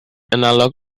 analogue